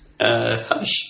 Hush